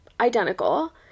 identical